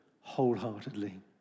wholeheartedly